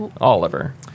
Oliver